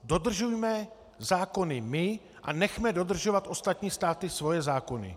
Dodržujme zákony my a nechme dodržovat ostatní státy svoje zákony.